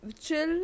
chill